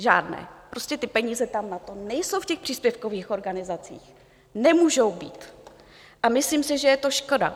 Žádné, prostě ty peníze tam na to nejsou, v těch příspěvkových organizacích, nemůžou být, s myslím si, že je to škoda.